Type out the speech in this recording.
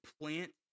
plant